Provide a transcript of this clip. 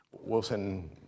Wilson